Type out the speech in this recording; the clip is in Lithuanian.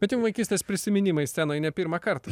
bet jum vaikystės prisiminimai scenoj ne pirmąkart